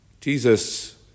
Jesus